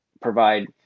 provide